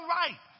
right